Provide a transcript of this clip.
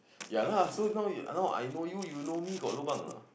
ya lah so now you now I know you you know me got lobang or not